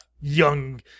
young